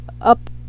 up